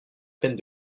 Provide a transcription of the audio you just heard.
peine